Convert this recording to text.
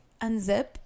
unzip